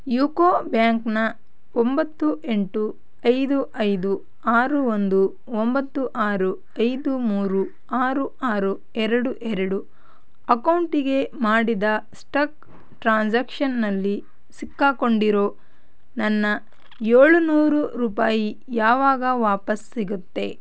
UCO ಬ್ಯಾಂಕ್ನ ಒಂಬತ್ತು ಎಂಟು ಐದು ಐದು ಆರು ಒಂದು ಒಂಬತ್ತು ಆರು ಐದು ಮೂರು ಆರು ಆರು ಎರಡು ಎರಡು ಅಕೌಂಟಿಗೆ ಮಾಡಿದ ಸ್ಟಕ್ ಟ್ರಾನ್ಸ್ಯಾಕ್ಷನ್ನಲ್ಲಿ ಸಿಕ್ಕಾಕೊಂಡಿರೋ ನನ್ನ ಏಳುನೂರು ರೂಪಾಯಿ ಯಾವಾಗ ವಾಪಸ್ ಸಿಗುತ್ತೆ